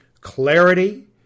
clarity